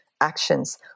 actions